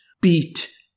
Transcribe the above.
beat